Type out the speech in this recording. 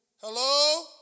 Hello